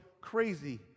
crazy